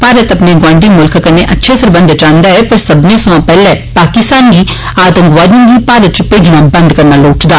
भारत अपने गौंआंडी मुल्ख कन्नै अच्छे सरबंधी चाहन्दा ऐ पर सब्बने सोया पैहले पाकिस्तान गी आंतकवादिएं गी भारत इच भेजना बंद करना लोढ़चदा